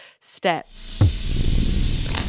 steps